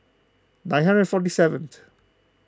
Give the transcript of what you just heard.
nine hundred forty seventh